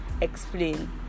explain